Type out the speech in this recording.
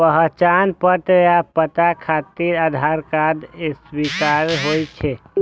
पहचान पत्र आ पता खातिर आधार कार्ड स्वीकार्य होइ छै